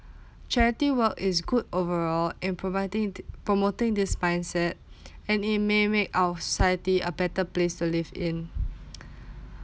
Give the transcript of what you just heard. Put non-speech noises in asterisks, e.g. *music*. charity work is good overall in providing th~ promoting this mindset *breath* and it may make our society a better place to live in *noise*